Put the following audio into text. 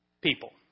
people